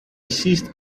seized